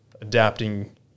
adapting